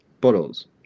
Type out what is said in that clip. bottles